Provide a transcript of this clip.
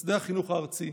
בשדה החינוך הארצי,